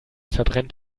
verbrennt